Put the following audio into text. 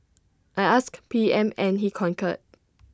I asked P M and he concurred